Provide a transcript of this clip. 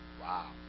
Wow